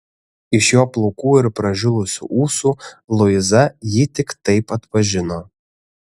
iš jo plaukų ir pražilusių ūsų luiza jį tik taip atpažino